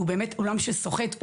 עולם שסוחט,